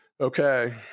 Okay